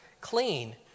clean